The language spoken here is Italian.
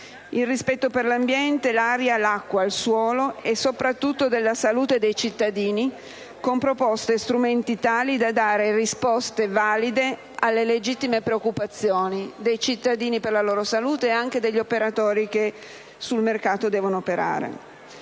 Il rispetto per l'ambiente, l'aria, l'acqua e il suolo e, soprattutto, della salute dei cittadini con proposte e strumenti tali da dare risposte valide alle legittime preoccupazioni dei cittadini per la loro salute e anche degli operatori che sul mercato devono operare.